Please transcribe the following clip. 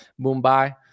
mumbai